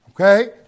Okay